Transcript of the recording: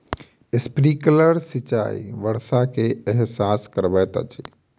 sprinkler सिचाई वर्षा के एहसास करबैत अछि